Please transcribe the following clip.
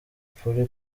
polly